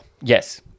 Yes